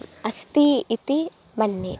अस्ति इति मन्ये